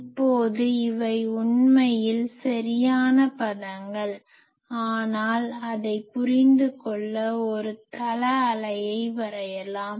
இப்போது இவை உண்மையில் சரியான பதங்கள் ஆனால் அதைப் புரிந்து கொள்ள ஒரு தள அலையை வரையலாம்